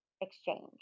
Exchange